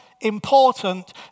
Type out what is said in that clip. important